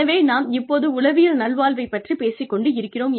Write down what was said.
எனவே நாம் இப்போது உளவியல் நல்வாழ்வைப் பற்றி பேசிக் கொண்டு இருக்கிறோம்